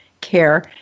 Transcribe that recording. care